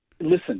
Listen